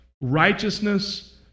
righteousness